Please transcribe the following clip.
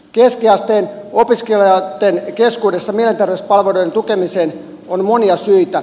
keskiasteen opiskelijoitten keskuudessa mielenterveyspalveluiden tukemiseen on monia syitä